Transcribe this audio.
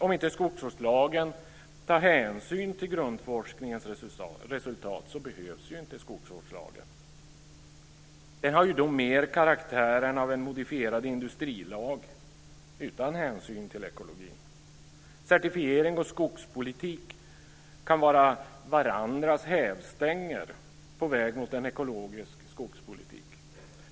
Om inte skogsvårdslagen tar hänsyn till grundforskningens resultat behövs den ju inte. Den har då mer karaktären av en modifierad industrilag utan hänsyn till ekologi. Certifiering och skogspolitik kan vara varandras hävstänger på väg mot en ekologisk skogspolitik.